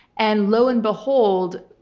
and lo and behold,